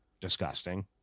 disgusting